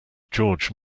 george